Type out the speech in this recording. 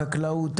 חקלאות,